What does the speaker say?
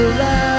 love